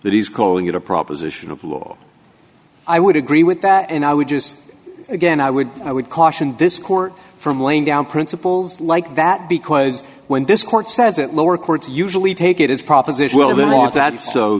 that he's calling it a proposition of law i would agree with that and i would just again i would i would caution this court from laying down principles like that because when this court says it lower courts usually take it as